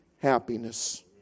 happiness